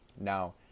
Now